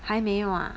还没有啊